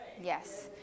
Yes